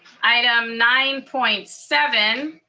item nine point seven,